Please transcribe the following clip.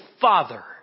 father